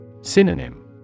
Synonym